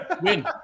Win